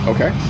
Okay